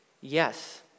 yes